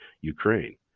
Ukraine